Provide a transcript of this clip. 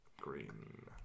green